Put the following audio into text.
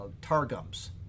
Targums